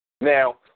Now